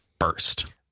first